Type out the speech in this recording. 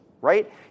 right